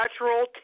natural